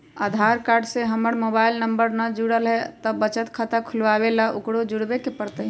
आधार card से हमर mobile number न जुरल है त बचत खाता खुलवा ला उकरो जुड़बे के पड़तई?